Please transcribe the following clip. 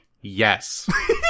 Yes